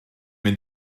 mynd